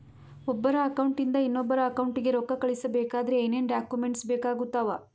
ಒಬ್ಬರ ಅಕೌಂಟ್ ಇಂದ ಇನ್ನೊಬ್ಬರ ಅಕೌಂಟಿಗೆ ರೊಕ್ಕ ಕಳಿಸಬೇಕಾದ್ರೆ ಏನೇನ್ ಡಾಕ್ಯೂಮೆಂಟ್ಸ್ ಬೇಕಾಗುತ್ತಾವ?